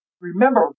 remember